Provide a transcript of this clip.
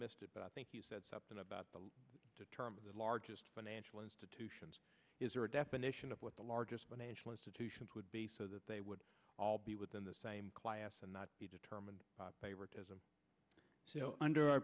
missed it but i think you said something about the terms of the largest financial institutions is there a definition of what the largest financial institutions would be so that they would all be within the same class and not be determined favoritism under our